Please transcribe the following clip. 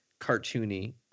cartoony